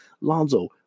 Lonzo